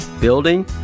building